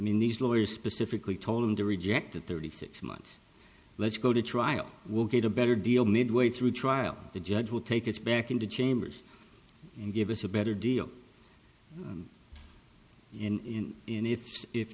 mean these lawyers specifically told them to reject the thirty six months let's go to trial we'll get a better deal midway through trial the judge will take us back into chambers and give us a better deal in in if i